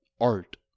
art